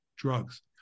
drugs